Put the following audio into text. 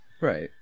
right